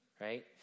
right